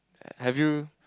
have you